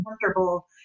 comfortable